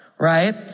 right